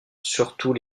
surtout